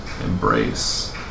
Embrace